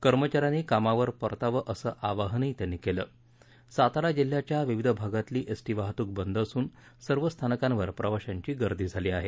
कर्मचाऱ्यांनी कामावर परतावं असं आवाहनही त्यांनी केलं आहे सातारा जिल्ह्याच्या विविध भागातली एसटी वाहतूक बंद असून सर्व स्थानकांवर प्रवाशांची गर्दी झाली आहे